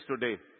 today